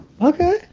okay